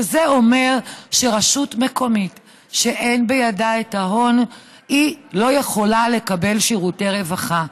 וזה אומר שרשות מקומית שאין בידה את ההון לא יכולה לקבל שירותי רווחה.